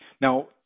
Now